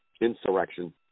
insurrection